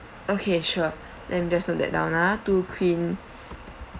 okay sure let me just note that down uh two queen